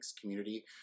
community